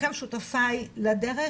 לכם שותפי לדרך,